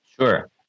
Sure